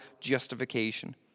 justification